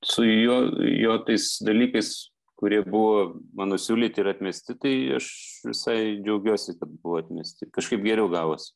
su juo jo tais dalykais kurie buvo mano siūlyti ir atmesti tai aš visai džiaugiuosi kad buvo atmesti kažkaip geriau gavos